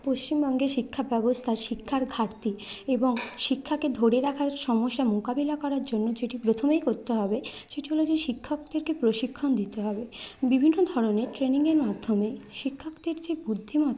পশ্চিমবঙ্গে শিক্ষাব্যবস্থা শিক্ষার ঘাটতি এবং শিক্ষাকে ধরে রাখার সমস্যা মোকাবিলা করার জন্য যেটি প্রথমেই করতে হবে সেটি হলো যে শিক্ষকদেরকে প্রশিক্ষণ দিতে হবে বিভিন্ন ধরনের ট্রেনিংয়ের মাধ্যমে শিক্ষকদের যে বুদ্ধিমত্তা